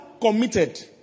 committed